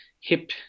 hip